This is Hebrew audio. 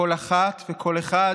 כל אחת וכל אחד